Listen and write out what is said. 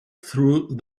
through